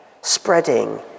spreading